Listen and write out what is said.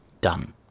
done